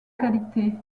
qualité